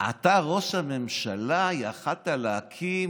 אתה, ראש הממשלה, יכולת להקים